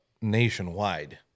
nationwide